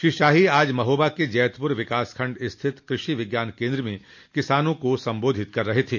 श्री शाही आज महोबा के जैतपुर विकासखंड स्थित कृषि विज्ञान केन्द्र में किसानों को संबोधित कर रहे थे